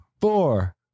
four